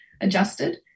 adjusted